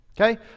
Okay